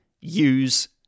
use